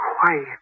quiet